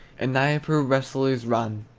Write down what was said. and dnieper wrestlers run.